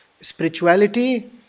spirituality